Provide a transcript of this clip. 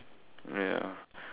ya